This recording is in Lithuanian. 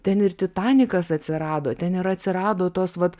ten ir titanikas atsirado ten ir atsirado tos vat